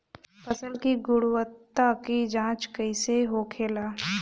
फसल की गुणवत्ता की जांच कैसे होखेला?